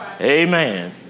Amen